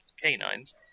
canines